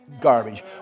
garbage